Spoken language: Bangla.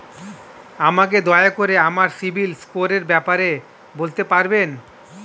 আমাকে দয়া করে আমার সিবিল স্কোরের ব্যাপারে বলতে পারবেন?